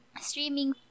streaming